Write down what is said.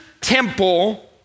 temple